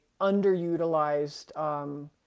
underutilized